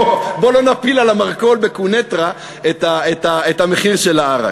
בוא לא נפיל על המרכול בקוניטרה את המחיר של העראק.